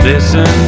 Listen